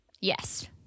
Yes